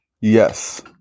Yes